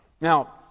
Now